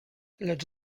lecz